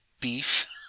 beef